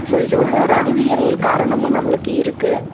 so இது வந்து ஒரு அறிவியல் காரணமும் நம்மளுக்கு இருக்கு